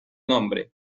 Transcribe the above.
nombre